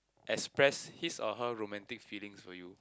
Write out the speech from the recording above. express his or her romantic feelings for you